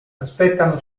aspettano